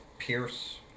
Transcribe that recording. Pierce